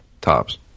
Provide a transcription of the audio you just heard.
tops